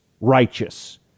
Righteous